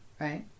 right